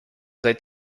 seit